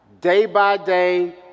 day-by-day